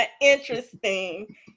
Interesting